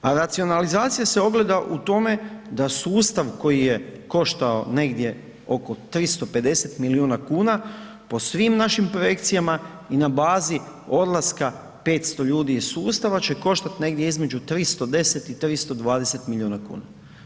A racionalizacija se ogleda u tome da sustav koji je koštao negdje oko 350 milijuna kuna, po svim našim projekcijama i na bazi odlaska 500 ljudi iz sustava će koštat negdje između 310 i 320 milijuna kuna.